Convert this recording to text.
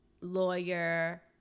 lawyer